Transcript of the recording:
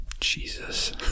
Jesus